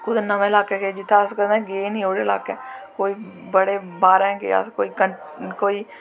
कुतै नमैं लाह्कै गे जित्थें अस कदैं गे नै नी ओह्कड़े ल्हाकै कोई बड़ै बाह्रैं गे अस कोई